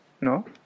No